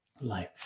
life